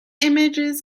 images